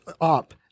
up